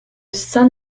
saint